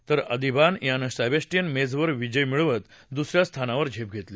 तर अधिबान यानं सेबस्टियन मेझवर विजय मिळवत दुसऱ्या स्थानावर झेप घेतली